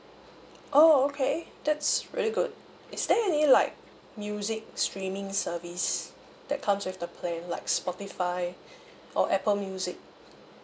oh okay that's really good is there any like music streaming service that comes with the plan like spotify or apple music